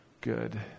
good